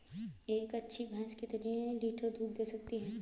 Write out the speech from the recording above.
एक अच्छी भैंस कितनी लीटर दूध दे सकती है?